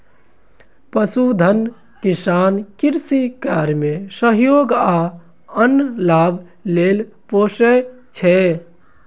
पशुधन किसान कृषि कार्य मे सहयोग आ आन लाभ लेल पोसय छै